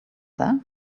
there